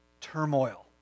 turmoil